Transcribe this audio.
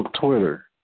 Twitter